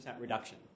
reduction